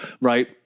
right